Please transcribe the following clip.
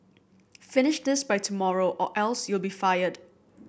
finish this by tomorrow or else you'll be fired